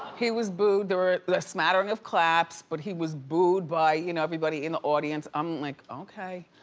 he was booed. they were a smattering of claps, but he was booed by you know everybody in the audience. i'm like, okay.